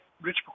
Rich